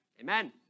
Amen